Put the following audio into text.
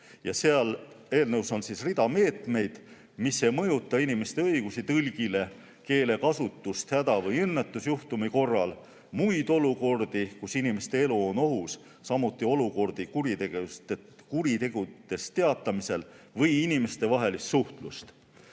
Selles eelnõus on rida meetmeid, mis ei mõjuta inimeste õigusi tõlgile, keelekasutust häda- või õnnetusjuhtumi korral ja muid olukordi, kus inimeste elu on ohus, samuti olukordi kuritegudest teatamisel või inimestevahelist suhtlust.